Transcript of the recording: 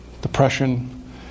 Depression